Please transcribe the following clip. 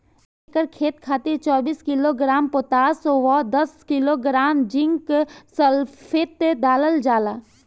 एक एकड़ खेत खातिर चौबीस किलोग्राम पोटाश व दस किलोग्राम जिंक सल्फेट डालल जाला?